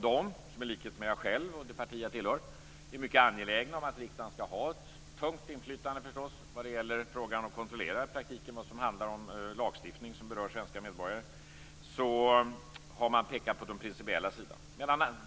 De som i likhet med mig själv och det parti jag tillhör är mycket angelägna om att riksdagen skall ha ett tungt inflytande vad gäller att i praktiken kontrollera det som handlar om lagstiftning som berör svenska medborgare har pekat på den principiella sidan.